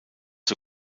zur